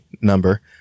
number